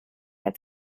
mehr